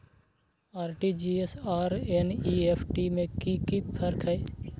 RTG S आर NEFT में कि फर्क छै?